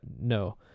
no